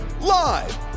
live